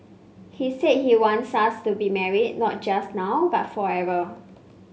he said he wants us to be married not just now but forever